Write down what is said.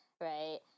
right